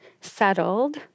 settled